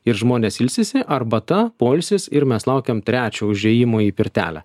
ir žmonės ilsisi arbata poilsis ir mes laukiam trečio užėjimo į pirtelę